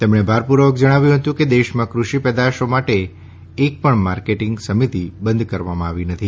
તેમણે ભારપૂર્વક જણાવ્યું હતું કે દેશમાં કૃષિ પેદાશો માટે એક પણ માર્કેટીંગ સમિતી બંધ કરવામાં આવી નથી